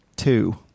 two